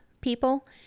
people